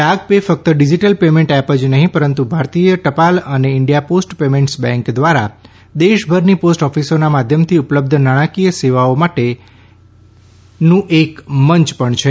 ડાક pay ફક્ત digital payment app જ નહીં પરંતુ ભારતીય ટપાલ અને ઇન્ડિયા પોસ્ટ પેમેન્ટસ બેંક દ્વારા દેશભરની પોસ્ટ ઓફિસોના માધ્યમથી ઉપલબ્ધ નાણાકીય સેવાઓ માટેનું એક મંચ પણ છે